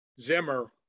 Zimmer